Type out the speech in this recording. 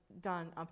done